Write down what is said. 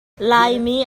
laimi